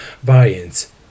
variants